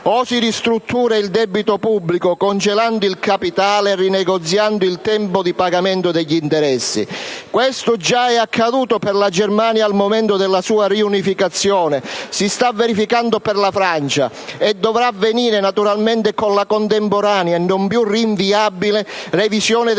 o si ristruttura il debito pubblico, congelando il capitale e rinegoziando il tempo di pagamento degli interessi. Questo è già accaduto per la Germania al momento della sua riunificazione, si sta verificando per la Francia e dovrà avvenire anche in Italia, naturalmente con la contemporanea e non più rinviabile revisione delle